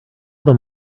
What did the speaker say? them